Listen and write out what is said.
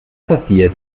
passiert